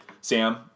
Sam